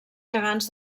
gegants